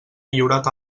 millorat